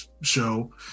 show